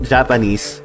Japanese